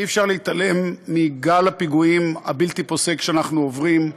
אי-אפשר להתעלם מגל הפיגועים הבלתי-פוסק שאנחנו עוברים,